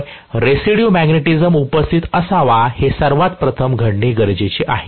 तर residue magnetism उपस्थित असावा हे सर्वात प्रथम घडणे गरजेचे आहे